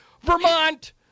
Vermont